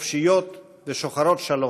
חופשיות ושוחרות שלום,